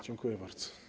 Dziękuję bardzo.